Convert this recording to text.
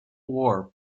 war